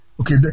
Okay